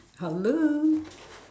hello